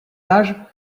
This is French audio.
âge